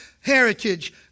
heritage